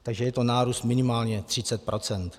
Takže je to nárůst minimálně 30 %.